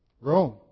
Rome